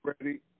Ready